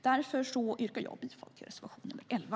Därför yrkar jag bifall till reservation 11.